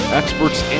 experts